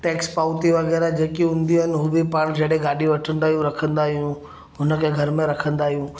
tax पाउती वग़ैरह जेकी हूंदी आहिनि हू बि पाण जॾहिं गाॾी वठंदा आहियूं रखंदा आहियूं हुन खे घर में रखंदा आहियूं